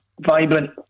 Vibrant